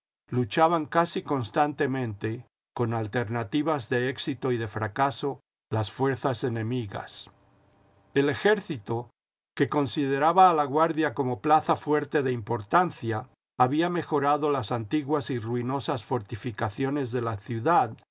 luchaban casi constantemente con alternativas de éxito y de fracaso las fuerzas enemigas el ejército que consideraba a laguardia como plaza fuerte de importancia había mejorado las antiguas y ruinosas fortificaciones de la ciudad